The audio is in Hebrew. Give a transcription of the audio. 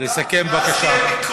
צריך הפרדה, ואז תהיה ביקורת.